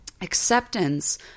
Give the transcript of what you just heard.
Acceptance